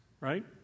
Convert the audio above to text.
right